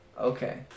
Okay